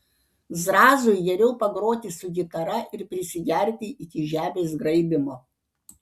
zrazui geriau pagroti su gitara ir prisigerti iki žemės graibymo